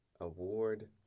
Award